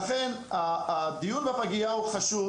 לכן הדיון בפגייה הוא חשוב,